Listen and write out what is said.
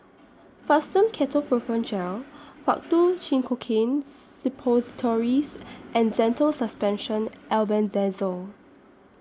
Fastum Ketoprofen Gel Faktu Cinchocaine Suppositories and Zental Suspension Albendazole